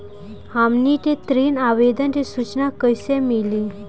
हमनी के ऋण आवेदन के सूचना कैसे मिली?